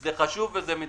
זה חשוב ומצוין,